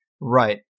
Right